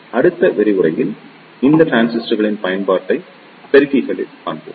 எனவே அடுத்த விரிவுரையில் இந்த டிரான்சிஸ்டர்களின் பயன்பாட்டை பெருக்கிகளில் காண்பீர்கள்